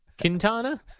Quintana